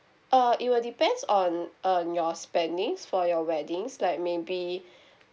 uh it will depends on on your spendings for your weddings like maybe